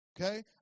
Okay